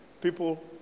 People